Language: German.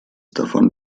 davon